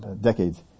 decades